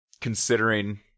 considering